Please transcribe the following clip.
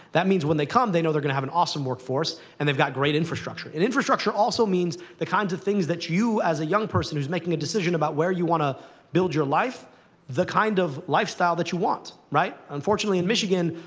that means, when they come, they know they're going to have an awesome workforce, and they've got great infrastructure. and infrastructure also means the kinds of things that you as a young person who's making a decision about where you want to build your life the kind of lifestyle that you want, right. unfortunately, in michigan,